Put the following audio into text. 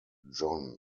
john